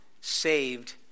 saved